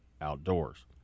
outdoors